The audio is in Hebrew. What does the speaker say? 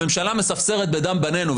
הממשלה מספסרת בדם בנינו,